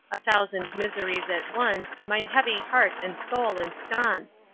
a thousand miseries at once mine heavy heart and soul ensconce,